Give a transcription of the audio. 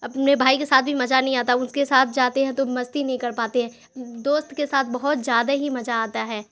اپنے بھائی کے ساتھ بھی مزہ نہیں آتا اس کے ساتھ جاتے ہیں تو مستی نہیں کر پاتے ہیں دوست کے ساتھ بہت زیادہ ہی مزہ آتا ہے